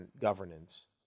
governance